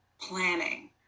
planning